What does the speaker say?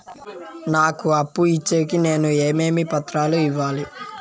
నాకు అప్పు ఇచ్చేకి నేను ఏమేమి పత్రాలు ఇవ్వాలి